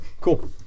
Cool